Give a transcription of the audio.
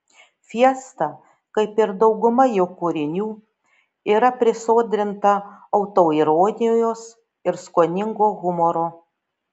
fiesta kaip ir dauguma jo kūrinių yra prisodrinta autoironijos ir skoningo humoro